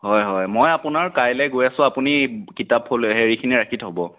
হয় হয় মই আপোনাৰ কাইলৈ গৈ আছোঁ আপুনি কিতাপ হ'লে হেৰিখিনি ৰাখি থ'ব